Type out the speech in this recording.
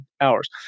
hours